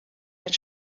den